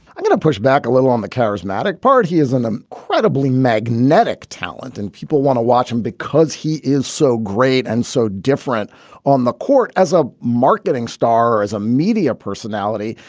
i'm going to push back a little on the charismatic part. he is an incredibly magnetic talent and people want to watch him because he is so great and so different on the court as a marketing star or as a media personality.